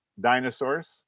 dinosaurs